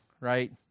right